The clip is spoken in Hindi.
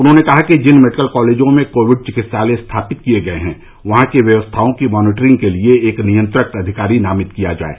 उन्होंने कहा कि जिन मेडिकल कॉलेजों में कोविड चिकित्सालय स्थापित किये गये हैं वहां की व्यवस्थाओं की मॉनीटरिंग के लिये एक नियंत्रक अधिकारी नामित किया जाये